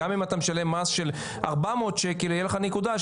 גם אם אתה משלם מס של 400 שקלים תהיה לך נקודה,